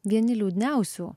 vieni liūdniausių